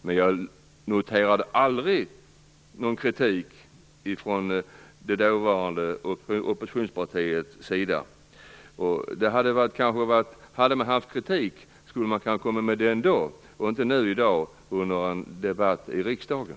Men jag noterade aldrig någon kritik ifrån det dåvarande oppositionspartiets sida. Om man har kritik skulle man kanske ha kommit med den då, och inte i dag under en debatt i riksdagen.